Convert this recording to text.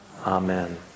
Amen